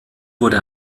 wurde